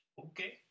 Okay